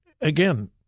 again